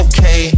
Okay